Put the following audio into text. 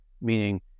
meaning